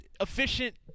efficient